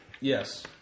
Yes